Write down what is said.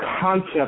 concept